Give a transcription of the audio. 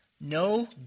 No